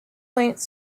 length